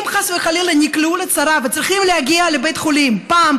אם חס וחלילה נקלעו לצרה וצריכים להגיע לבית חולים פעם,